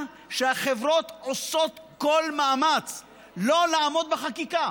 שהחברות עושות כל מאמץ לא לעמוד בחקיקה.